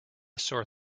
sore